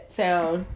sound